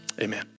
Amen